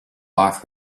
off